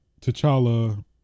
T'Challa